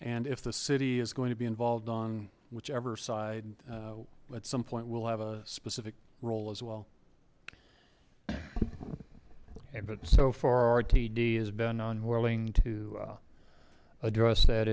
and if the city is going to be involved on whichever side at some point we'll have a specific role as well but so far rtd has been unwilling to address that